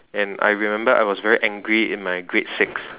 and I remember I was very angry in my grade six